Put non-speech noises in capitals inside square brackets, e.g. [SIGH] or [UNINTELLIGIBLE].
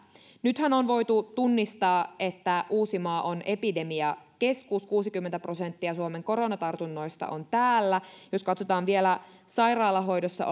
nythän on voitu tunnistaa että uusimaa on epidemiakeskus kuusikymmentä prosenttia suomen koronatartunnoista on täällä jos katsotaan vielä sairaalahoidossa [UNINTELLIGIBLE]